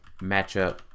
matchup